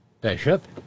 Bishop